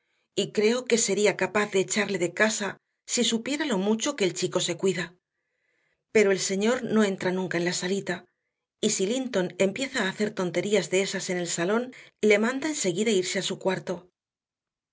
y creo que sería capaz de echarle de casa si supiera lo mucho que el chico se cuida pero el señor no entra nunca en la salita y si linton empieza a hacer tonterías de esas en el salón le manda enseguida irse a su cuarto